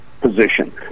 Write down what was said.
position